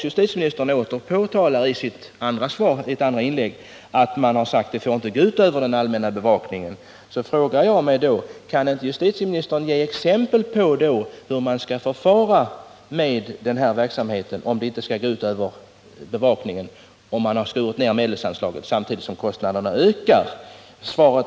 Justitieministern framhöll i sitt andra inlägg, att det har uttalats att medelsknappheten inte får gå ut över den allmänna bevakningen. Kan då inte justitieministern ge exempel på hur man skall förfara med polisverksamheten, om nedskärningarna av anslagen inte skall få gå ut över bevakningen, samtidigt som kostnaderna för denna ökar?